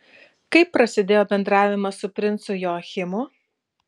kaip prasidėjo bendravimas su princu joachimu